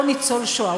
לא ניצול השואה,